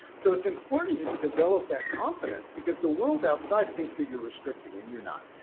so it's important to develop that confidence because the world outside thinks that you're restricting and you're not.